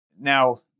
Now